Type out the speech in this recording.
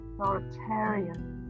authoritarian